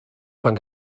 pan